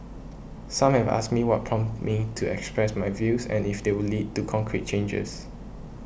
some have asked me what prompted me to express my views and if they would lead to concrete changes